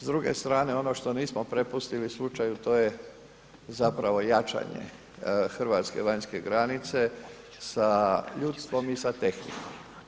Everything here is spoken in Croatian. S druge strane ono što nismo prepustili slučaju to je zapravo jačanje hrvatske vanjske granice sa ljudstvom i sa tehnikom.